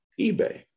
eBay